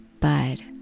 bud